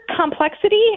complexity